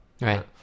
right